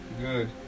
Good